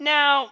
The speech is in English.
Now